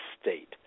state